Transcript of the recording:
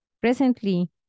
Presently